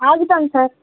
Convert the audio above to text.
ఆగుతాను sir